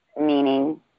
meaning